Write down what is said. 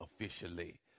officially